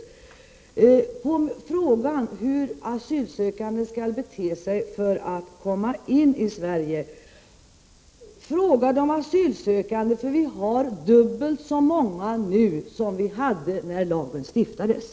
När det gäller frågan om hur asylsökande skall bete sig för att komma in i Sverige kan man fråga de asylsökande själva. Vi har nu dubbelt så många som när lagen stiftades.